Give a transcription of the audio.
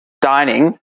dining